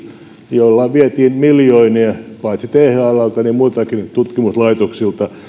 jolla vietiin miljoonia paitsi thlltä niin muiltakin tutkimuslaitoksilta